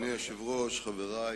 אדוני היושב-ראש, חברי